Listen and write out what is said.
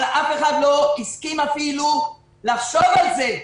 אבל אף אחד לא הסכים אפילו לחשוב על זה.